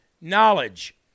knowledge